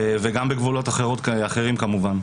גם בגבולות אחרים כמובן.